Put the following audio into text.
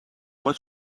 what